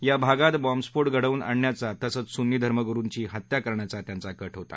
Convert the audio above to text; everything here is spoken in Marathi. या भागात बॅम्बस्फोट घडवून आणण्याचा तसंच सुन्नी धर्मगुरुंची हत्या करण्याचा त्यांचा कट होता